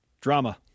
Drama